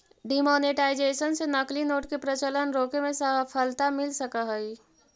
demonetisation से नकली note के प्रचलन रोके में सफलता मिल सकऽ हई